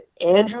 Andrew